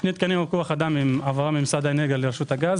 שני תקני כוח האדם הם העברה ממשרד האנרגיה לרשות הגז.